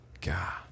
God